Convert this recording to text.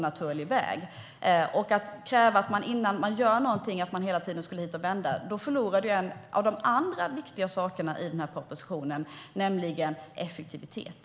Att kräva att man innan man gör någonting hela tiden ska hit till riksdagen och vända gör att man förlorar en av de andra viktiga sakerna i propositionen, nämligen effektivitet.